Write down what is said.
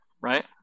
right